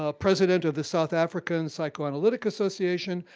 ah president of the south african psychoanalytic association,